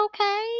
okay